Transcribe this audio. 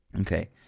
Okay